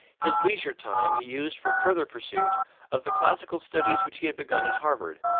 his leisure time he used for further pursuit of the classical studies which he had begun at harvard,